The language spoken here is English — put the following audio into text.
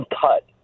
cut